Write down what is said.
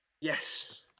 Yes